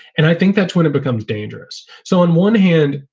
and i think that's when it becomes dangerous. so on one hand,